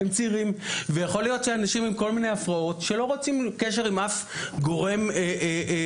אלא כאל צעירים בעלי הפרעות שלא רוצים קשר עם אף גורם ממסדי.